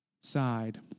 side